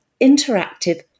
interactive